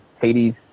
Hades